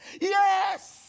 yes